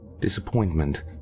Disappointment